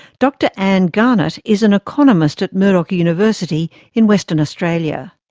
dr anne garnett is an economist at murdoch university in western australia.